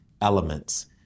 elements